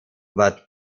that